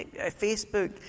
Facebook